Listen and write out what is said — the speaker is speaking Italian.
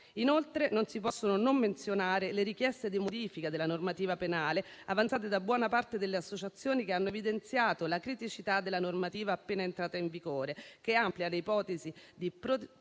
Inoltre non si possono non menzionare le richieste di modifica della normativa penale avanzate da buona parte delle associazioni che hanno evidenziato la criticità della normativa appena entrata in vigore, che amplia le ipotesi di procedibilità